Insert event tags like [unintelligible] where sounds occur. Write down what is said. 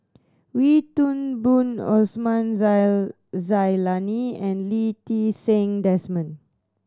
Wee Toon Boon Osman [unintelligible] Zailani and Lee Ti Seng Desmond